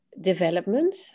development